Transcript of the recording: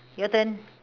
your turn